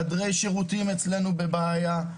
חדרי השירותים אצלנו בבעיה,